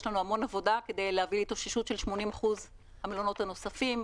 יש לנו המון עבודה כדי להביא התאוששות של 80% מהמלונות הנוספים,